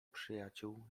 przyjaciół